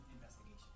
investigation